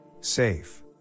safe